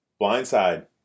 Blindside